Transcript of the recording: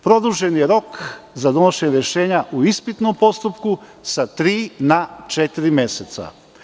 Produžen je rok za donošenje rešenja u ispitnom postupku sa tri na četiri meseca.